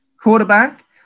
quarterback